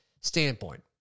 standpoint